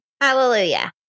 hallelujah